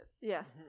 Yes